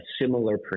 similar